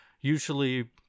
usually